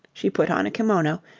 she put on a kimono,